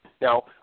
Now